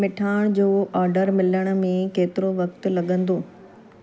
मिठाण जो ऑडर मिलण में केतिरो वक़्तु लॻंदो